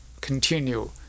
continue